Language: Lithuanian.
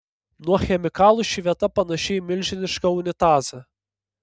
nuo chemikalų ši vieta panaši į milžinišką unitazą